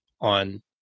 on